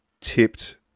tipped